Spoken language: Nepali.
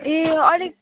ए अलिक